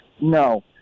No